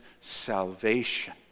salvation